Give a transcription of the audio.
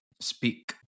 speak